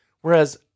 Whereas